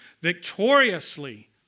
Victoriously